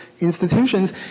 institutions